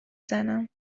زنم